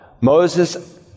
Moses